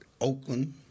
Oakland